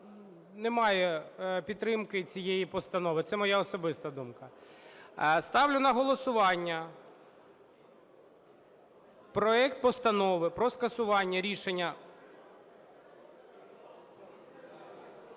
немає підтримки цієї постанови. Це моя особиста думка. Ставлю на голосування проект Постанови про скасування рішення…